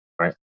Right